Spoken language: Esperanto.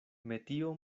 metio